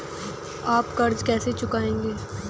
आप कर्ज कैसे चुकाएंगे?